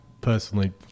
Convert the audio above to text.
personally